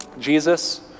Jesus